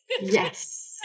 Yes